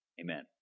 Amen